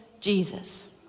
Jesus